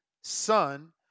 son